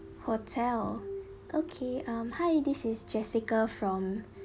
hotel okay um hi this is jessica from